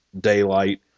daylight